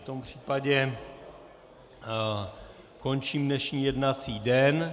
V tom případě končím dnešní jednací den.